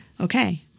Okay